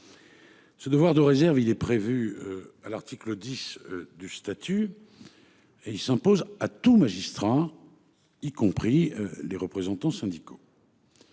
Ce devoir de réserve, il est prévu à l'article 10 du statut. Et il s'impose à tout magistrat. Y compris les représentants syndicaux.